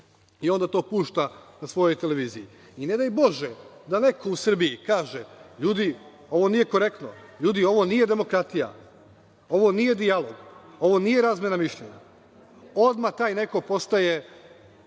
i onda to pušta na svojoj televiziji. I, ne daj bože da neko u Srbiji kaže – ljudi ovo nije korektno, ljudi ovo nije demokratija, ovo nije dijalog, ovo nije razmena mišljenja. Odmah taj neko postaje,